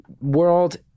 world